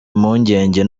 impungenge